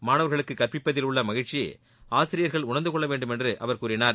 மாணவர்களுக்கு கற்பிப்பதில் உள்ள மகிழ்ச்சியை ஆசிரியர்கள் உணர்ந்துகொள்ளவேண்டும் அவர் கூறினார்